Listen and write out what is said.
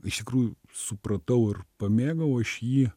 iš tikrųjų supratau ir pamėgau aš jį